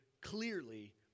clearly